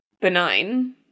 benign